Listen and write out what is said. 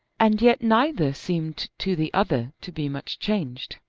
and yet neither seemed to the other to be much changed.